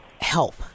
help